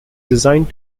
designed